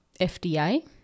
FDA